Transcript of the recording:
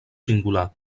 singular